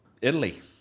italy